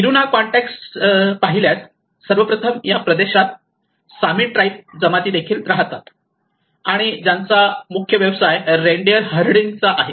Kiruna कॉंटेक्सच्या पाहिल्यास सर्वप्रथम या प्रदेशात सामी ट्राईब जमाती देखील राहतात आणि ज्यांचा मुख्य व्यवसाय रेनडिअर हर्डिंगचा आहे